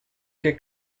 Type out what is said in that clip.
que